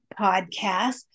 podcast